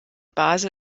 basel